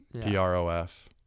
P-R-O-F